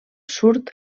surt